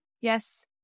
Yes